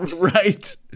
Right